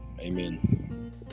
amen